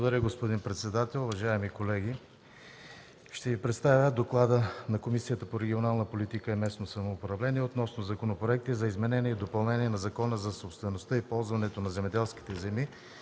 Благодаря, господин председател. Уважаеми колеги, ще Ви представя: „ДОКЛАД на Комисията по регионална политика и местно самоуправление относно законопроекти за изменение и допълнение на Закона за собствеността и ползването на земеделските земи,